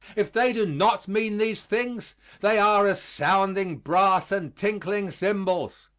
if they do not mean these things they are as sounding brass and tinkling cymbals.